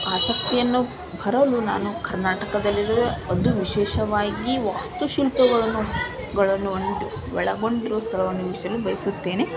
ಆಸಕ್ತಿಯನ್ನು ಬರಲು ನಾನು ಕರ್ನಾಟಕದಲ್ಲಿರುವ ಅದು ವಿಶೇಷವಾಗಿ ವಾಸ್ತುಶಿಲ್ಪಗಳನ್ನು ಗಳನ್ನು ಒಂದು ಒಳಗೊಂಡಿರುವ ಸ್ಥಳಗಳನ್ನು ವೀಕ್ಷಿಸಲು ಬಯಸುತ್ತೇನೆ